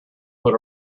put